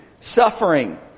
suffering